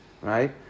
right